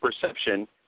perception